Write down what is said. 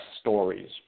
stories